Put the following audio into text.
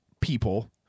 people-